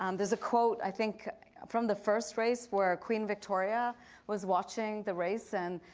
um there's a quote, i think from the first race where queen victoria was watching the race. and